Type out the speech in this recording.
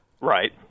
Right